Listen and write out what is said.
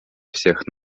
всех